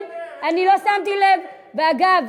ואגב,